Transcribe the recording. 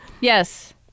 yes